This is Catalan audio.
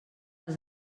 els